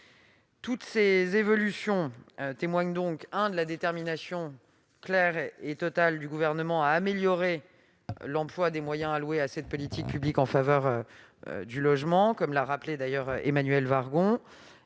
Toutes ces évolutions témoignent de la détermination claire et totale du Gouvernement à améliorer l'emploi des moyens alloués à la politique publique en faveur du logement, comme l'a d'ailleurs rappelé Emmanuelle Wargon,